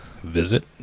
visit